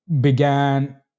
began